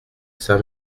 saint